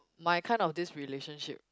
my kind of this relationship